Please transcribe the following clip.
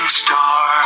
star